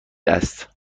است